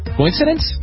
Coincidence